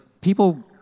people